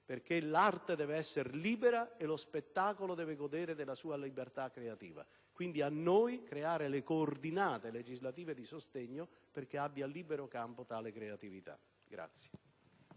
perché l'arte dev'essere libera e lo spettacolo deve godere della sua libertà creativa. Quindi, a noi creare le coordinate legislative di sostegno perché abbia libero campo tale creatività.